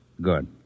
Good